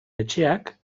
etxeak